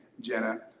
Jenna